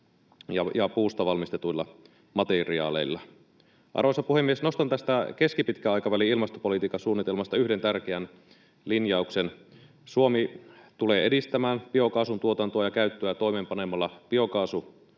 puusta valmistetuilla materiaaleilla. Arvoisa puhemies! Nostan tästä keskipitkän aikavälin ilmastopolitiikan suunnitelmasta yhden tärkeän linjauksen: Suomi tulee edistämään biokaasun tuotantoa ja käyttöä toimeenpanemalla biokaasuohjelmaa.